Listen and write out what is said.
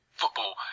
football